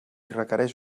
requereix